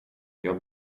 jag